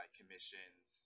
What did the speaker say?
commissions